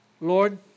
Lord